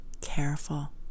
careful